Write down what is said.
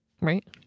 Right